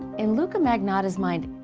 in luka magnotta's mind,